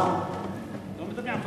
אני לא מדבר על פלסטינים.